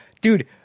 Dude